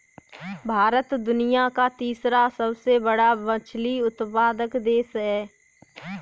भारत दुनिया का तीसरा सबसे बड़ा मछली उत्पादक देश है